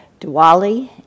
Diwali